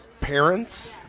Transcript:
parents